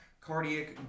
cardiac